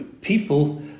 People